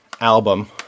album